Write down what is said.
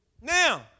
Now